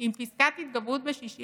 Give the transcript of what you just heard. עם פסקת התגברות ב-61?